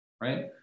right